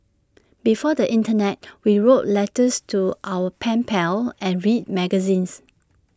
before the Internet we wrote letters to our pen pals and read magazines